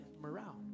morale